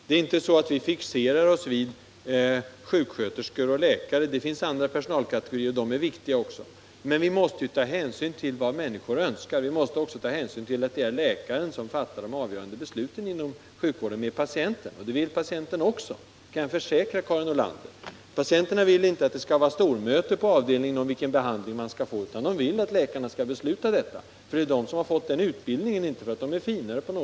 Det är inte så att vi fixerar oss vid sjuksköterskor och läkare — det finns andra personalkategorier, och de är också viktiga. Men vi måste ta hänsyn till vad människor önskar. Vi måste också ta hänsyn till att det inom sjukvården är läkaren som fattar de för patienterna avgörande besluten. Det vill patienten också — det kan jag försäkra Karin Nordlander. Patienterna vill inte att det skall hållas stormöten på avdelningen om vilken behandling de skall få, utan de vill att läkarna skall fatta beslut om det. Läkarna har ju utbildats för ändamålet.